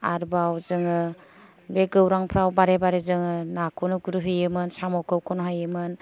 आरोबाव जोङो बे गौरांफ्राव बारे बारे जों नाखौनो गुरनाहैयोमोन साम'खौ खनहैयोमोन